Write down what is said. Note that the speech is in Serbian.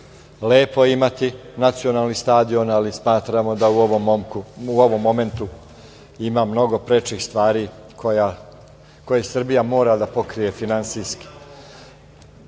Lepo je imati nacionalni stadion, ali smatramo da u ovom momentu ima mnogo prečih stvari koje Srbija mora da pokrije finansijski. Nismo